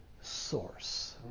source